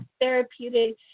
therapeutic